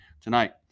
tonight